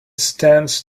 stands